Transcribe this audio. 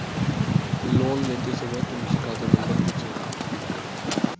loan लेते समय तुमसे खाता नंबर पूछेंगे